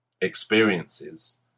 experiences